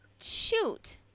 shoot